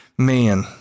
Man